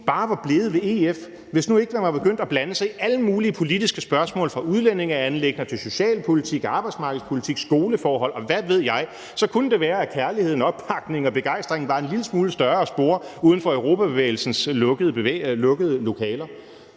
bare var blevet ved EF, hvis nu man ikke var begyndt at blande sig i alle mulige politiske spørgsmål fra udlændingeanliggender til socialpolitik, arbejdsmarkedspolitik, skoleforhold, og hvad ved jeg, så kunne det være, at kærligheden, opbakningen og begejstringen var en lille smule større at spore uden for Europabevægelsens lukkede lokaler.